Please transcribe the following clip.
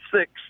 six